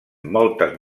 moltes